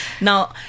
Now